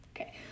Okay